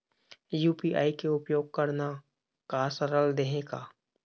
UPI के उपयोग करना का सरल देहें का?